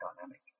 dynamic